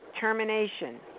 termination